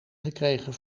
gekregen